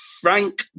Frank